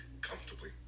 comfortably